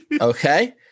okay